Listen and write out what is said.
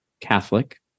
Catholic